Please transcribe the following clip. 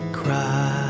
cry